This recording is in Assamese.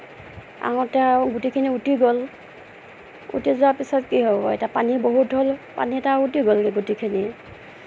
আহোঁতে আৰু গুটিখিনি উটি গ'ল উটি যোৱাৰ পিছত কি হ'ব এতিয়া পানী বহুত হ'ল পানীত আৰু উটি গ'ল গুটিখিনি